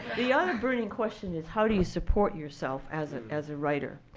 the other burning question is how do you support yourself as ah as a writer,